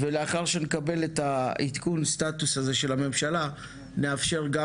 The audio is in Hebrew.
ולאחר שנקבל את עדכון הסטטוס הזה מהממשלה נאפשר גם